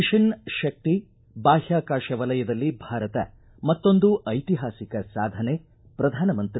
mission Shakti ಬಾಹ್ಕಾಕಾಶ ವಲಯದಲ್ಲಿ ಭಾರತ ಮತ್ತೊಂದು ಐತಿಹಾಸಿಕ ಸಾಧನೆ ಪ್ರಧಾನಮಂತ್ರಿ